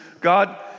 God